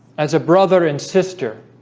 as a brother and sister